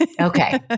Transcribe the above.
Okay